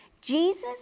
Jesus